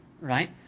right